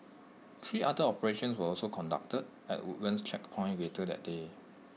three other operations were also conducted at the Woodlands checkpoint later that day